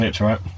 right